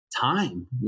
time